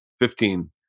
Fifteen